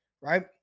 right